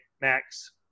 Max